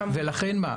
ולכן מה?